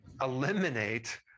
eliminate